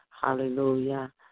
hallelujah